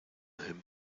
him